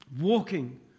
walking